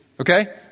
okay